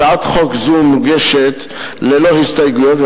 הצעת חוק זו מוגשת ללא הסתייגויות,